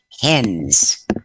hens